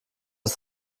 ist